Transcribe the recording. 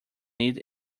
need